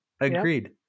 Agreed